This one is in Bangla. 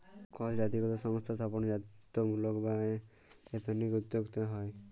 কল জাতিগত সংস্থা স্থাপনে জাতিত্বমূলক বা এথনিক উদ্যক্তা হ্যয়